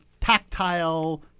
tactile